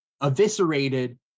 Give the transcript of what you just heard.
eviscerated